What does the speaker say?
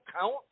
count